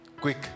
quick